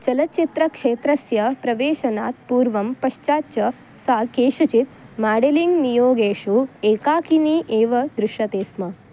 चलच्चित्रक्षेत्रस्य प्रवेशनात् पूर्वं पश्चात् च सा केषुचित् माडेलिङ्ग् नियोगेषु एकाकिनी एव दृश्यते स्म